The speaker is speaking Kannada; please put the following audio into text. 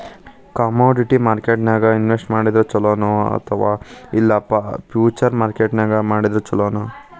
ಕಾಮೊಡಿಟಿ ಮಾರ್ಕೆಟ್ನ್ಯಾಗ್ ಇನ್ವೆಸ್ಟ್ ಮಾಡಿದ್ರ ಛೊಲೊ ನೊ ಇಲ್ಲಾ ಫ್ಯುಚರ್ ಮಾರ್ಕೆಟ್ ನ್ಯಾಗ್ ಮಾಡಿದ್ರ ಛಲೊನೊ?